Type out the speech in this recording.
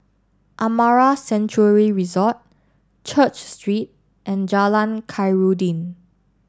Amara Sanctuary Resort Church Street and Jalan Khairuddin